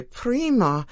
prima